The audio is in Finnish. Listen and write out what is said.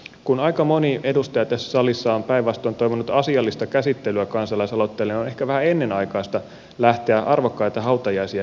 kun aika moni edustaja tässä salissa on päinvastoin toivonut asiallista käsittelyä kansalaisaloitteille on ehkä vähän ennenaikaista lähteä arvokkaita hautajaisia järjestämään